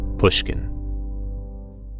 pushkin